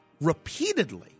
repeatedly